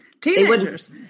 Teenagers